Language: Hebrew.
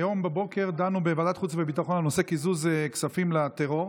היום בבוקר דנו בוועדת החוץ והביטחון בנושא קיזוז כספים לטרור.